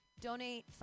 donate